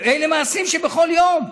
אלה מעשים של כל יום.